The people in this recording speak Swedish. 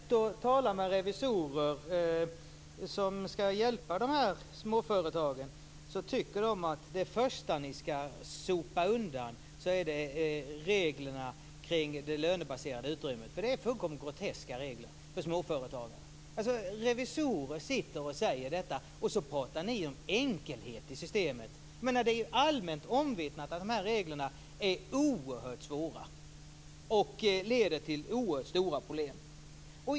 Fru talman! När jag är ute och talar med revisorer som skall hjälpa de här småföretagen får jag höra att det första som vi bör sopa undan är reglerna för det lönebaserade utrymmet. Dessa regler är helt groteska för småföretagarna. Medan revisorerna säger detta pratar ni om enkelhet i systement. Det är allmänt omvittnat att dessa regler är oerhört svåra och leder till oerhört stora problem.